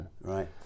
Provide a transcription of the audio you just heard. Right